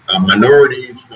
minorities